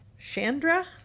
Chandra